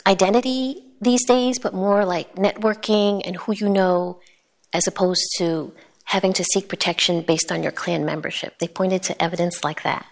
identity these days but more like networking in which you know as opposed to having to seek protection based on your clan membership they pointed to evidence like that